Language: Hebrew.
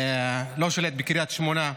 לא שולט בקריית שמונה.